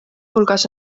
hulgas